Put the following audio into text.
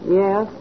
yes